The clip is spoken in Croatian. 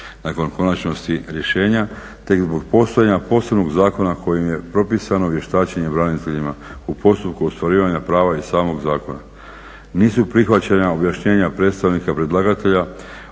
nakon konačnosti rješenja te zbog postojanja posebnog zakona kojim je propisano vještačenje braniteljima u postupku ostvarivanja prava iz samog zakona. Nisu prihvaćena objašnjenja predstavnika predlagatelja